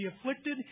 afflicted